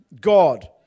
God